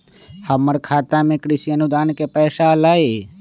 हमर खाता में कृषि अनुदान के पैसा अलई?